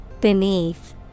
Beneath